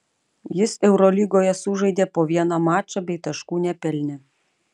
jis eurolygoje sužaidė po vieną mačą bei taškų nepelnė